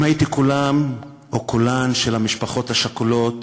אם הייתי קולן של המשפחות השכולות